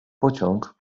pociąg